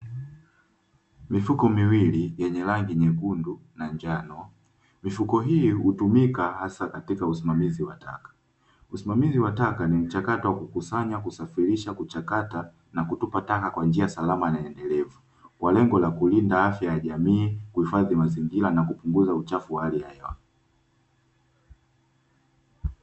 Mifuko miwili yenye rangi nyekundu na njano mifuko hii hutumika hasa katika usimamizi wa taka. Usimamizi wa taka ni mchakato wa kukusanya kusafirisha kuchakata, na kutupatana kwa njia salama na endelevu kwa lengo la kulinda afya ya jamii, kuhifadhi mazingira na kupunguza uchafu wa hali ya hewa.